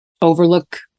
overlook